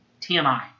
TMI